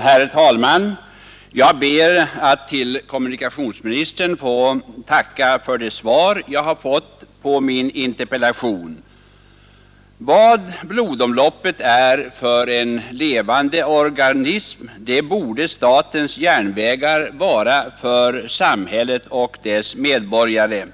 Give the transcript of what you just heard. Herr talman! Jag ber att få tacka kommunikationsministern för det svar jag har fått på min interpellation. Vad blodomloppet är för en levande organism, det borde statens järnvägar vara för samhället och dess medborgare.